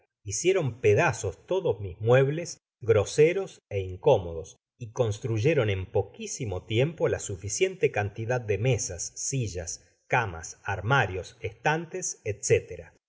hicieron pedazos todos mis mueble grose ros ó incómodos y construyeron en poquísimo tiempo la suficiente cantidad de mesas sillas camas armarios estantes